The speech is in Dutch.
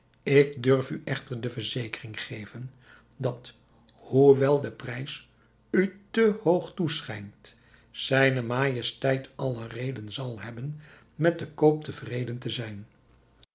ik durf u echter de verzekering geven dat hoewel de prijs u te hoog toeschijnt zijne majesteit alle reden zal hebben met den koop te vreden te zijn